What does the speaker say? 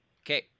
Okay